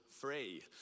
free